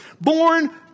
born